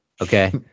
okay